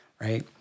Right